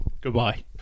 Goodbye